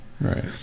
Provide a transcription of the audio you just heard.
Right